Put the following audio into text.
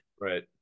Right